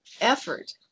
effort